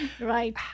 right